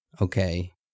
Okay